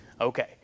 Okay